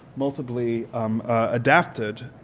multiply adapted